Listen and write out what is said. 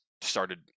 started